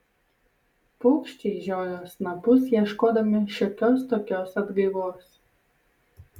paukščiai žiojo snapus ieškodami šiokios tokios atgaivos